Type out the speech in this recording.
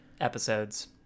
episodes